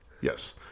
Yes